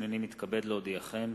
מתכבד להודיעכם,